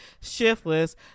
shiftless